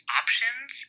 options